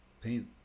paint